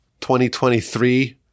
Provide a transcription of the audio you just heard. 2023